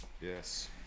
Yes